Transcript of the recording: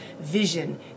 Vision